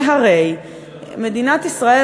שהרי מדינת ישראל,